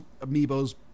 amiibos